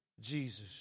Jesus